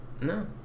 no